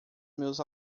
meus